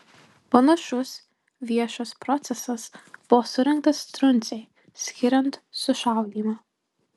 panašus viešas procesas buvo surengtas truncei skiriant sušaudymą